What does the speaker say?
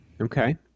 okay